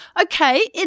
Okay